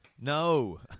No